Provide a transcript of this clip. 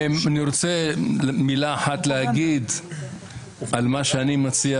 אני רוצה מילה אחת להגיד על מה שאני מציע,